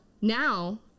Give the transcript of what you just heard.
now